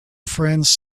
friends